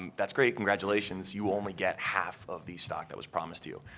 and that's great, congratulations. you only get half of the stock that was promised to you.